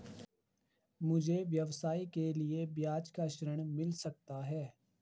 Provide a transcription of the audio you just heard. मुझे व्यवसाय के लिए बिना ब्याज का ऋण मिल सकता है?